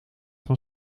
van